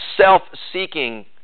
self-seeking